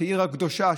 כעיר הקדושה,